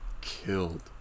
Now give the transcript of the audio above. Killed